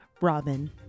Robin